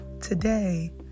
today